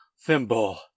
thimble